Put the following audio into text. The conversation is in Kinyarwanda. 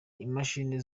imashini